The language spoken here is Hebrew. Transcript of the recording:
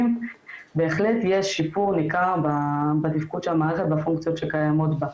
--- בהחלט יש שיפור ניכר בתפקוד של המערכת בפונקציות שקיימות בה.